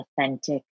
authentic